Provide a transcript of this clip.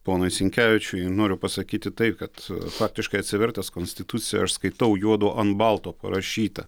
ponui sinkevičiui noriu pasakyti tai kad faktiškai atsivertęs konstituciją aš skaitau juodu ant balto parašyta